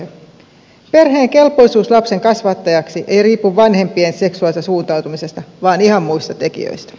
perheen kelpoisuus lapsen kasvattajaksi ei riipu vanhempien seksuaalisesta suuntautumisesta vaan ihan muista tekijöistä